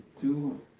two